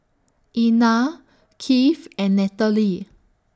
Einar Keith and Nataly